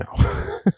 no